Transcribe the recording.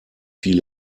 viel